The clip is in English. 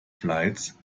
flights